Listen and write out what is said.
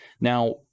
Now